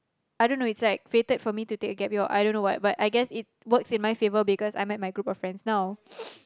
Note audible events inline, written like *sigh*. I don't know it's like fated for me to take a gap year or I don't know what but I guess it works in my favor because I met my group of friends now *noise*